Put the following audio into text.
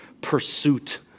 pursuit